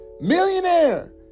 Millionaire